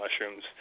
mushrooms